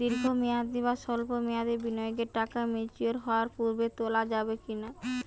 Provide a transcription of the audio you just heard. দীর্ঘ মেয়াদি বা সল্প মেয়াদি বিনিয়োগের টাকা ম্যাচিওর হওয়ার পূর্বে তোলা যাবে কি না?